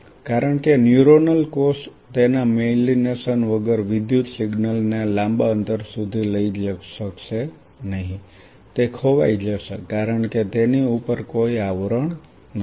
કારણ કે ન્યુરોનલ કોષ તેના મેલીનેશન વગર વિદ્યુત સિગ્નલને લાંબા અંતર સુધી લઈ જઈ શકશે નહીં તે ખોવાઈ જશે કારણ કે તેની ઉપર કોઈ આવરણ નથી